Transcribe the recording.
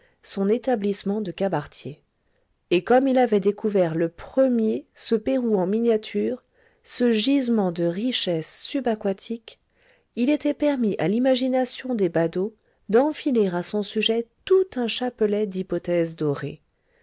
son établissement de cabaretier et comme il avait découvert le premier ce pérou en miniature ce gisement de richesses subaquatiques il était permis à l'imagination des badauds d'enfiler à son sujet tout un chapelet d'hypothèses dorées